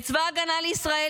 את צבא ההגנה לישראל.